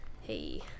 hey